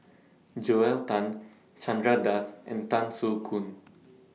Joel Tan Chandra Das and Tan Soo Khoon